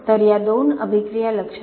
तर या दोन अभिक्रिया लक्षात ठेवा